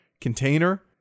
Container